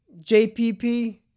JPP